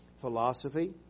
Philosophy